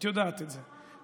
את יודעת את זה,